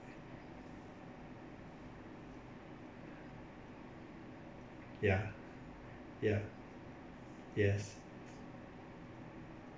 ya ya yes